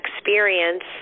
experience